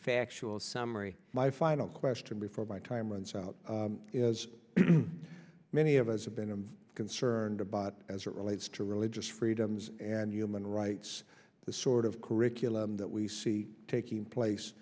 factual summary my final question before my time runs out as many of us have been concerned about as it relates to religious freedoms and human rights the sort of curriculum that we see taking place